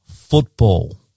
football